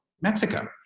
Mexico